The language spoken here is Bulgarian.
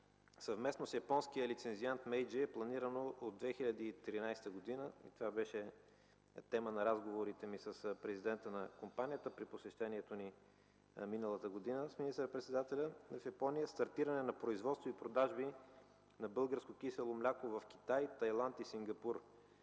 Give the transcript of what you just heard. Съвместно с японския лицензиант „Мейджи” е планирано от 2013 г. – това беше тема на разговорите ми с президента на компанията при посещението ни миналата година с министър-председателя в Япония – стартиране на производство и продажби на българско кисело мляко в Китай, Тайланд и Сингапур.